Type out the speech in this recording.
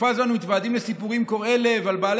בתקופה זו אנחנו מתוודעים לסיפורים קורעי לב על בעלי